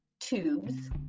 tubes